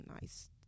nice